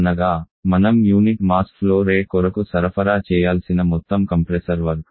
అనగా మనం unit mass flow rate కొరకు సరఫరా చేయాల్సిన మొత్తం కంప్రెసర్ వర్క్